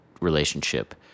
relationship